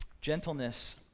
Gentleness